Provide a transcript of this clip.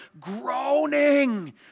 groaning